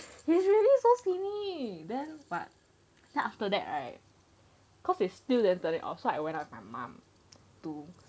he's really so skinny then but then after that right cause it's still never then turn it off so I went up with my mum to